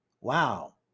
Wow